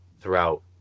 throughout